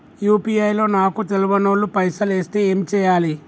UPI లో నాకు తెల్వనోళ్లు పైసల్ ఎస్తే ఏం చేయాలి?